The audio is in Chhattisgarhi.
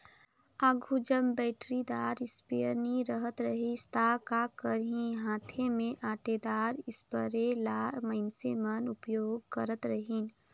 आघु जब बइटरीदार इस्पेयर नी रहत रहिस ता का करहीं हांथे में ओंटेदार इस्परे ल मइनसे मन उपियोग करत रहिन